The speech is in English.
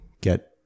get